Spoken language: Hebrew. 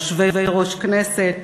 יושבי-ראש הכנסת,